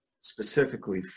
specifically